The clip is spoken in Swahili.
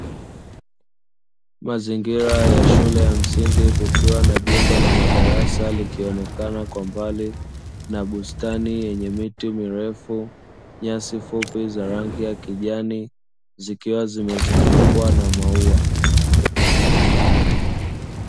Mazingira ya shule ya msingi kukiwa na jengo la madarasa likionekana kwa mbali na bustani yenye miti mirefu, nyasi fupi za rangi ya kijani zikiwa zimezungukwa na maua.